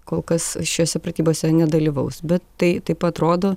kol kas šiose pratybose nedalyvaus bet tai taip pat rodo